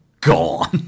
gone